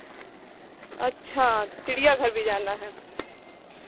अच्छा चिड़ियाघर भी जाना है